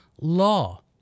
law